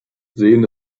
sehen